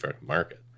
market